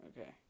Okay